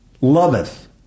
loveth